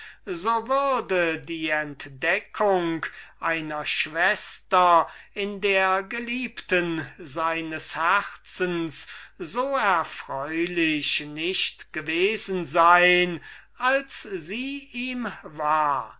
so würde die entdeckung einer schwester in der geliebten seines herzens nicht so erfreulich gewesen sein als sie ihm war